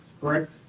correct